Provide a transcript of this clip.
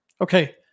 Okay